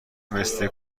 مثل